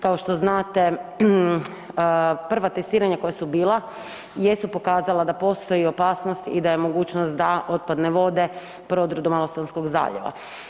Kao što znate, prva testiranja koja su bila jesu pokazala da postoji opasnost i da je mogućnost da otpadne vode prodru do Malostonskog zaljeva.